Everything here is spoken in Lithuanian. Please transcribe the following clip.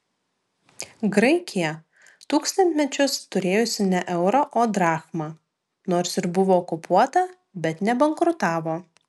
graikija tūkstantmečius turėjusi ne eurą o drachmą nors ir buvo okupuota bet nebankrutavo